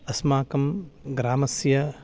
अस्माकं ग्रामस्य